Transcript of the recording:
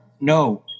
No